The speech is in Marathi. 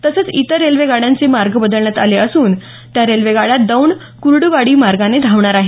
तसेच इतर गाडयांचे मार्ग बदलण्यात आले असून त्या रेल्वे गाड्या दौंड कुर्डवाडी मार्गाने धावणार आहे